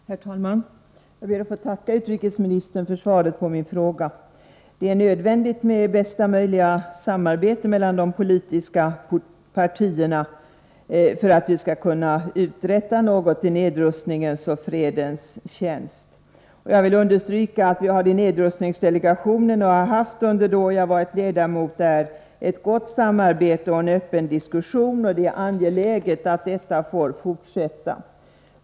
Herr talman! Jag ber att få tacka utrikesministern för svaret på min fråga. Det är nödvändigt med bästa möjliga samarbete mellan de politiska partierna för att vi skall kunna uträtta något i nedrustningens och fredens tjänst. Jag vill understryka att vi i nedrustningsdelegationen, under den tid som jag varit ledamot där, har haft ett gott samarbete och en öppen diskussion, och det är angeläget att detta får fortsätta.